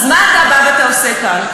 אז מה אתה בא ועושה כאן?